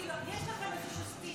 כאילו יש לכם איזה סטייה,